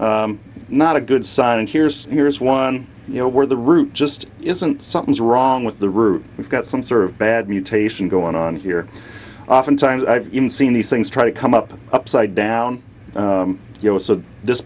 first not a good side and here's here's one you know where the root just isn't something's wrong with the root we've got some sort of bad mutation going on here oftentimes i've even seen these things try to come up upside down you know so th